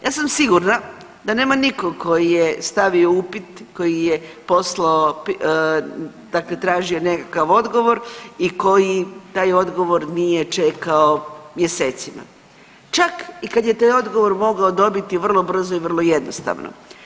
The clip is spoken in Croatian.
Ja sam sigurna da nema nikog koji je stavio upit koji je poslao, dakle tražio nekakav odgovor i koji taj odgovor nije čekao mjesecima čak i kad je i taj odgovor mogao dobiti vrlo brzo i vrlo jednostavno.